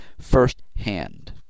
firsthand